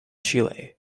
chile